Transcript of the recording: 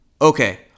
Okay